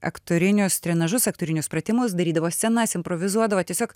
aktorinius trenažus aktorinius pratimus darydavo scenas improvizuodavo tiesiog